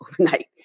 overnight